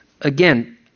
Again